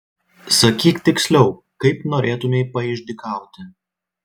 sakyk tiksliau kaip norėtumei paišdykauti